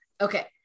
Okay